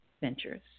ventures